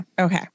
okay